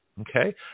Okay